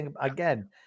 Again